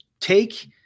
take